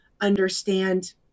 understand